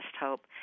hope